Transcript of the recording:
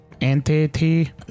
Entity